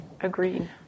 Agreed